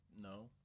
no